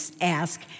ask